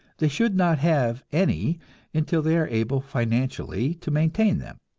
they should not have any until they are able financially to maintain them.